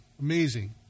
amazing